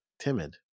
timid